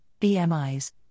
BMIs